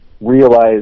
realize